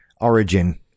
Origin